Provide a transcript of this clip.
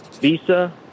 Visa